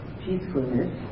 peacefulness